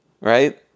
Right